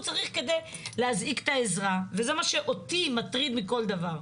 צריך כדי להזעיק את העזרה וזה מה שאותי מטריד מכל דבר.